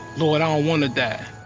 lord, i don't want to die.